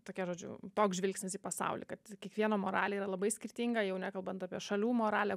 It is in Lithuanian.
tokia žodžiu toks žvilgsnis į pasaulį kad kiekvieno moralė yra labai skirtinga jau nekalbant apie šalių moralę